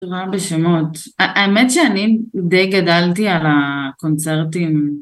גרועה בשמות. האמת שאני די גדלתי על הקונצרטים